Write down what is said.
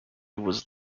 was